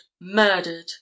murdered